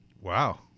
Wow